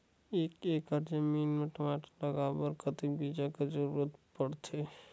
एक एकड़ जमीन म टमाटर लगाय बर कतेक बीजा कर जरूरत पड़थे?